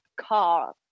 car